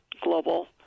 global